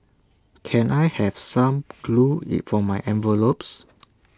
can I have some glue for my envelopes